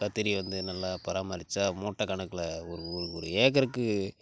கத்தரி வந்து நல்லா பராமரிச்சால் மூட்டை கணக்கில் ஒரு ஒரு ஒரு ஏக்கருக்கு